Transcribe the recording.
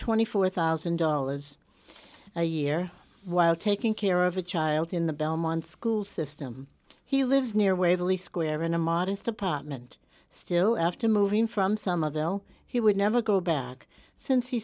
twenty four thousand dollars a year while taking care of a child in the belmont school system he lives near waverly square in a modest apartment still after moving from some other oh he would never go back since he